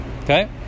okay